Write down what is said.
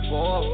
Four